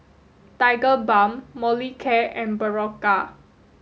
Tigerbalm Molicare and Berocca